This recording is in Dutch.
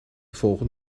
volgen